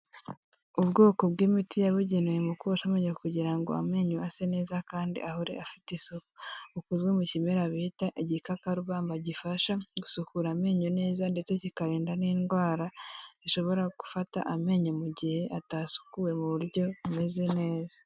Ubwoko bw'imiti yabugenewe mu koza amenyo kugira ngo amenyo ase neza kandi ahore afite isuku, ukozwe mu kimera bita igikakabamba gifasha gusukura amenyo neza ndetse kikarinda n'indwara zishobora gufata amenyo mu gihe atasukuwe mu buryo bumeze neza